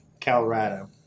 Colorado